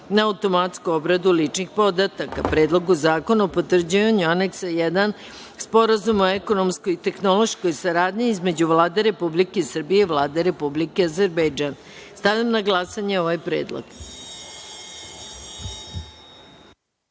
na automatsku obradu ličnih podataka, Predlogu zakona o potvrđivanju Aneksa 1 sporazuma o ekonomskoj tehnološkoj saradnji između Vlade Republike Srbije i Vlade Republike Azerbejdžan. Stavljam na glasanje ovaj